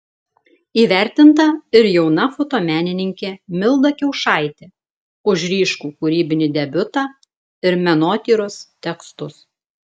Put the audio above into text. įvertinta ir jauna fotomenininkė milda kiaušaitė už ryškų kūrybinį debiutą ir menotyros tekstus